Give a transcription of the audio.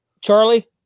Charlie